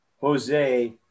Jose